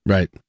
Right